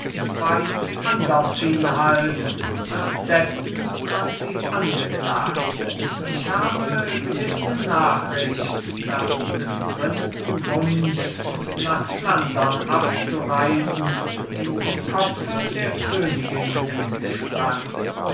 weit anderm inhalt als dessen man sie angeklagt ich habe gewisse nachricht daß des prinzen wunsch nach flandern abzureisen in dem kopfe der königin entsprang